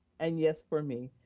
and yes for me.